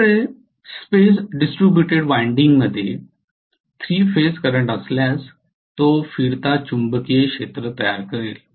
माझ्याकडे space distributed वायंडिंगमध्ये 3 phase current असल्यास तो फिरता चुंबकीय क्षेत्र तयार करेल